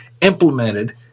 implemented